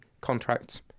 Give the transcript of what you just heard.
contracts